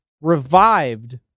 revived